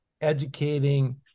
educating